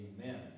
Amen